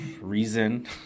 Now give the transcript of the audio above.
Reason